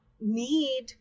need